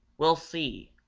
we'll see,